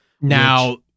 Now